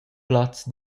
plaz